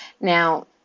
Now